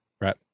right